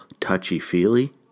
touchy-feely